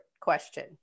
question